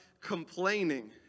complaining